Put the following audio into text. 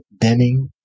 Denning